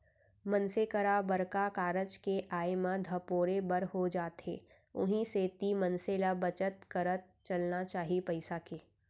मनसे करा बड़का कारज के आय म धपोरे बर हो जाथे उहीं सेती मनसे ल बचत करत चलना चाही पइसा के